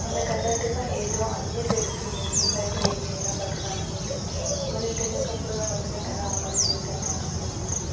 ఆమెకు అన్నట్టుగా ఎదో అన్నీ తెలిసిందే సొసైటీలో ఏంది ఎలా బతకాలి ఏంది అని అవన్నీ తెలియక పోవడం వల్లనే కదా అమ్మాయిల జీవితం నాశనం అయిపోతుంది